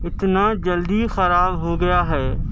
اتنا جلدی خراب ہو گیا ہے